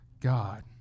God